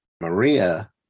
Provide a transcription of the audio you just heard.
maria